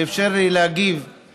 שאפשר לי להגיב,